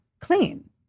clean